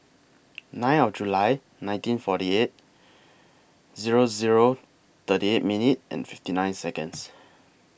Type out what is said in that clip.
nine of Jul nineteen forty eight Zero Zero thirty eight minutes fifty nine Seconds